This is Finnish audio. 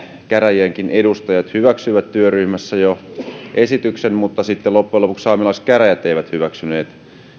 käräjienkin edustajat jo hyväksyivät työryhmässä esityksen mutta sitten loppujen lopuksi saamelaiskäräjät ei hyväksynyt